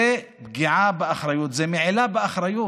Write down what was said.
זה פגיעה באחריות, זה מעילה באחריות.